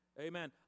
Amen